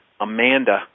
Amanda